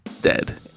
Dead